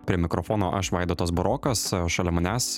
prie mikrofono aš vaidotas burokas šalia manęs